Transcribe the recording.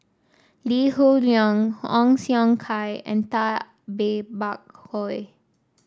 Lee Hoon Leong Ong Siong Kai and Tay Bak Koi